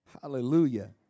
Hallelujah